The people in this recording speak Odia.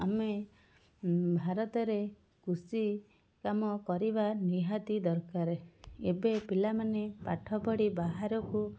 ଆମେ ଭାରତରେ କୃଷି କାମ କରିବା ନିହାତି ଦରକାର ଏବେ ପିଲାମାନେ ପାଠପଢ଼ି ବାହାରକୁ